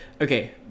okay